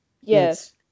Yes